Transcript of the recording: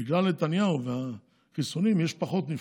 בגלל נתניהו והחיסונים יש פחות נפטרים.